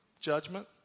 Judgment